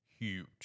Huge